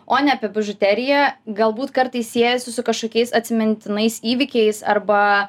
o ne apie bižuteriją galbūt kartais siejasi su kažkokiais atsimintinais įvykiais arba